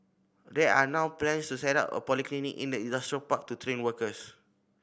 there are now plans to set up a polytechnic in the industrial park to train workers